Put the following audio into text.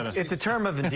it's a term of and